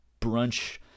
brunch